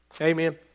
Amen